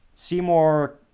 Seymour